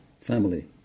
family